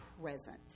present